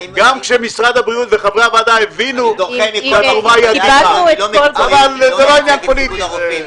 גם כשמשרד הבריאות וחברי הוועדה הבינו --- אבל זה לא עניין פוליטי.